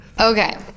Okay